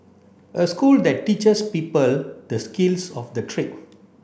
a school that teaches people the skills of the trade